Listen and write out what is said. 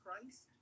Christ